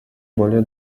более